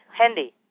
handy